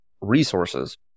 resources